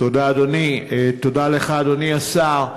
תודה לך, אדוני השר.